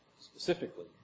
specifically